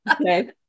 okay